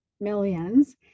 millions